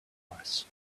horse